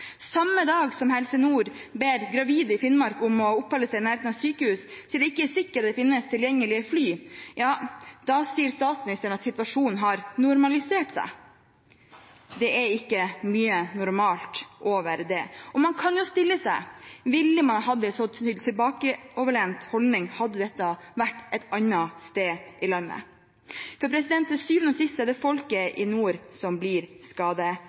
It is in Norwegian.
Samme dag som Helse Nord ber gravide i Finnmark om å oppholde seg i nærheten av sykehus, siden det ikke er sikkert at det finnes tilgjengelige fly, sier statsministeren at situasjonen har normalisert seg. Det er ikke mye normalt over det. Man kan jo stille seg spørsmålet: Ville man hatt en så tilbakelent holdning om det hadde vært et annet sted i landet? For til syvende og siste er det folket i nord som blir